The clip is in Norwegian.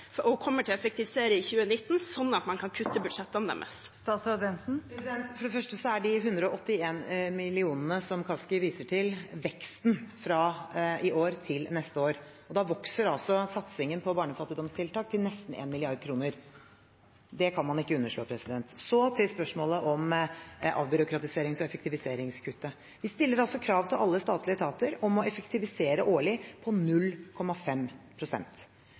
og kommer til å effektivisere i 2019, slik at man kan kutte budsjettene deres? For det første er de 181 mill. kr som representanten Kaski viser til, veksten fra i år til neste år. Da vokser altså satsingen på barnefattigdomstiltak til nesten 1 mrd. kr. Det kan man ikke underslå. Så til spørsmålet om avbyråkratiserings- og effektiviseringskuttet: Vi stiller krav til alle statlige etater om årlig å effektivisere